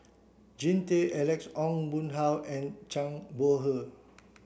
Jean Tay Alex Ong Boon Hau and Zhang Bohe